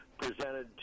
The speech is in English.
presented